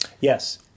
Yes